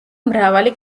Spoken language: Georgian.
მრავალი